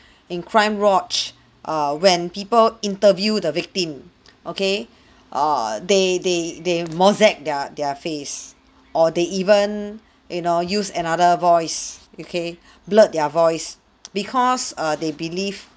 in crime watch err when people interview the victim okay err they they they mosaic their their face or they even you know use another voice okay blurred their voice because err they believe